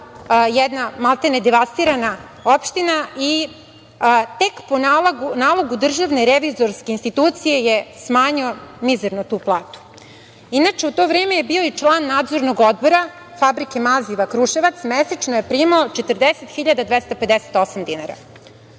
jedna maltene devastirana opština i tek po nalogu Državne revizorske institucije je smanjio mizerno tu platu. U to vreme bio je član Nadzornog odbora, Fabrike maziva Kruševac, mesečno je primao 40.258 dinara,